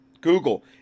Google